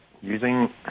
using